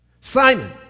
Simon